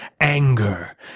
anger